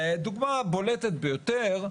דוגמא בולטת ביותר,